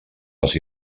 les